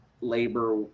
labor